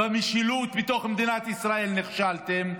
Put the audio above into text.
במשילות בתוך מדינת ישראל נכשלתם,